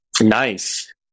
Nice